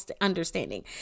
understanding